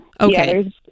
Okay